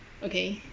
okay